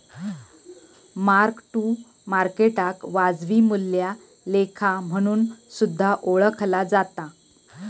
mark to मार्केटाक वाजवी मूल्या लेखा म्हणून सुद्धा ओळखला जाता